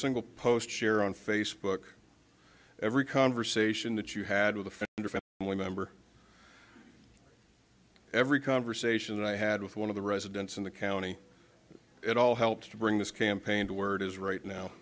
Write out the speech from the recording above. single post share on facebook every conversation that you had with a fit only member every conversation i had with one of the residents in the county it all helps to bring this campaign to word is right now